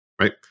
right